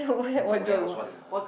not the warehouse one lah